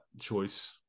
choice